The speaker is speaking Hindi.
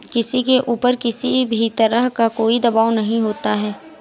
किसी के ऊपर किसी भी तरह का कोई दवाब नहीं होता है